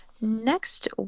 next